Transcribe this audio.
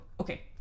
Okay